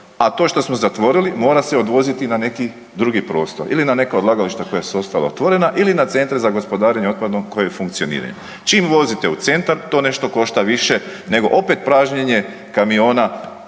a to što smo zatvorili mora se odvoziti na neki drugi prostor ili na neka odlagališta koja su ostala otvorena ili na centre za gospodarenje otpadom koja funkcioniraju. Čim vozite u centra to nešto košta više nego opet pražnjenje kamiona